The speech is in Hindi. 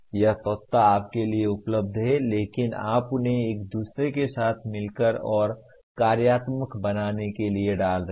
यह तत्व आपके लिए उपलब्ध हैं लेकिन आप उन्हें एक दूसरे के साथ मिलकर और कार्यात्मक बनाने के लिए डाल रहे हैं